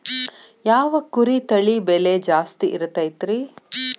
ಯಾವ ಕುರಿ ತಳಿ ಬೆಲೆ ಜಾಸ್ತಿ ಇರತೈತ್ರಿ?